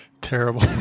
Terrible